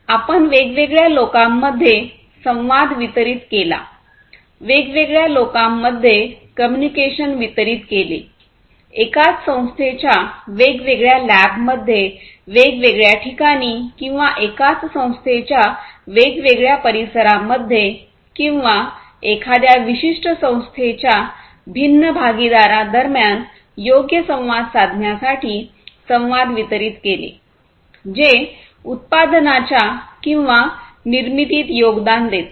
आपण वेगवेगळ्या लोकांमध्ये संवाद वितरीत केला वेगवेगळ्या लोकांमध्ये कम्युनिकेशन वितरित केले एकाच संस्थेच्या वेगवेगळ्या लॅबमध्ये वेगवेगळ्या ठिकाणी किंवा एकाच संस्थेच्या वेगवेगळ्या परिसरांमध्ये किंवा एखाद्या विशिष्ट संस्थेच्या भिन्न भागीदारांदरम्यान योग्य संवाद साधण्यासाठी संवाद वितरित केले जे उत्पादनाच्या किंवा निर्मितीत योगदान देतात